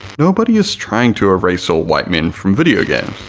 nobody is trying to erase all white men from video games.